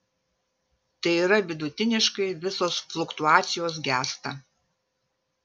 tai yra vidutiniškai visos fluktuacijos gęsta